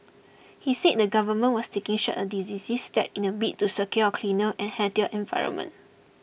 he said the government was taking such decisive steps in a bid to secure a cleaner and healthier environment